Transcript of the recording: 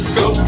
go